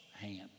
hand